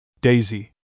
Daisy